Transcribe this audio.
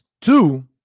Two